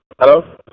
Hello